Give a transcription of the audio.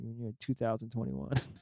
2021